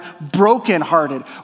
brokenhearted